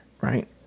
right